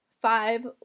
Five